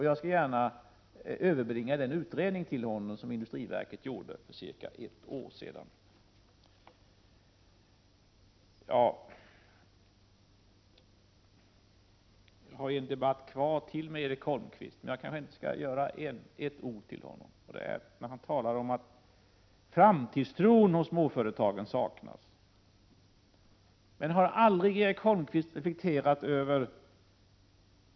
Jag skall gärna till Per-Ola Eriksson överbringa den utredning som industriverket gjorde för cirka ett år sedan. Jag skall senare föra ytterligare en debatt med Erik Holmkvist, men jag skall ändå redan nu säga något till honom beträffande hans påstående att framtidstron hos småföretagen saknas.